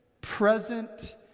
present